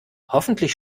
hoffentlich